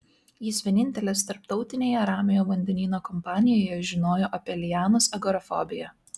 jis vienintelis tarptautinėje ramiojo vandenyno kompanijoje žinojo apie lianos agorafobiją